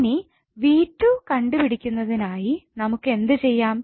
ഇനി 𝑣2 കണ്ടു പിടിക്കുന്നതിനായി നമുക്ക് എന്തു ചെയ്യാം